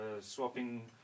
swapping